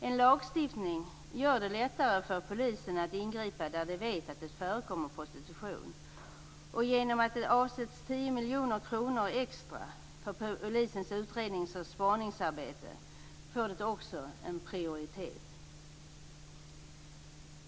En lagstiftning gör det lättare för polisen att ingripa när man vet att det förekommer prostitution. Genom att det avsätts 10 miljoner kronor extra för polisens utrednings och spaningsarbete får det också en prioritet.